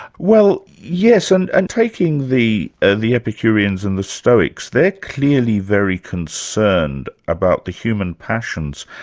well yes, and and taking the ah the epicureans and the stoics, they're clearly very concerned about the human passions,